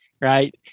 Right